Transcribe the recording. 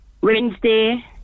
Wednesday